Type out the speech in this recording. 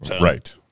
Right